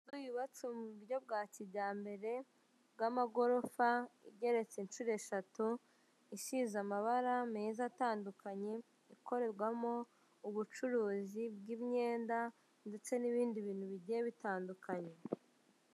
Inzu yubatse mu buryo bwa kijyambere bw'amagorofa igeretse inshuro eshatu, isize amabara meza atandukanye, ikorerwamo ubucuruzi bw'imyenda ndetse n'ibindi bintu bigiye bitandukanye.